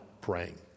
praying